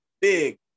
Big